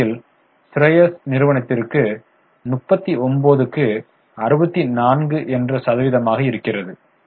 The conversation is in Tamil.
இறுதியாக ஸ்ரேயாஸ் நிறுவனத்திற்கு 39 க்கு 64 என்ற சதவிகிதமாக இருக்கிறது